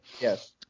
yes